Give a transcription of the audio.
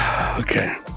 Okay